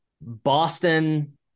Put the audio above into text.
Boston